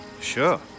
Sure